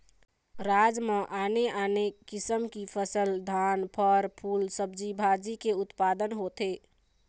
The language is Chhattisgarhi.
राज म आने आने किसम की फसल, धान, फर, फूल, सब्जी भाजी के उत्पादन होथे